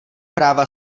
práva